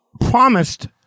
promised